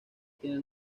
tiene